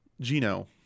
Gino